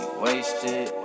wasted